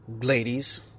ladies